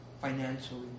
financially